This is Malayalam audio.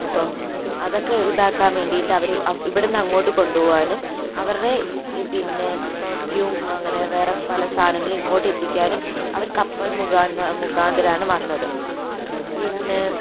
അപ്പോൾ അതൊക്കെ ഇതാക്കാൻ വേണ്ടിയിട്ട് അവര് ഇവിടുന്നു അങ്ങോട്ട് കൊണ്ടുപോകാനും അവരുടെ പിന്നെ പെർഫ്യൂം അങ്ങനെ വേറെ പല സാധനങ്ങളും ഇങ്ങോട്ട് എത്തിക്കാനും അവർ കപ്പൽ മുഖാന്തിരമാണ് വന്നത് പിന്നെ